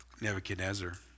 Nebuchadnezzar